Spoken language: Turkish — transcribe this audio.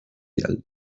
geldi